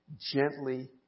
gently